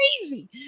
crazy